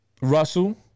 Russell